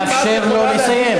נא לאפשר לו לסיים.